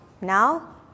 now